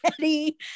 ready